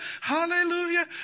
hallelujah